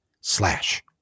slash